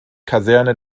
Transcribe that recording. kaserne